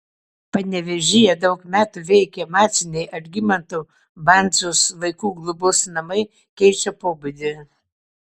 panevėžyje daug metų veikę masiniai algimanto bandzos vaikų globos namai keičia pobūdį